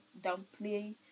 downplay